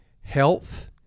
health